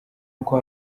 uko